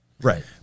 right